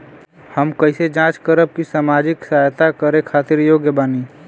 हम कइसे जांच करब की सामाजिक सहायता करे खातिर योग्य बानी?